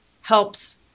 helps